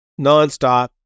nonstop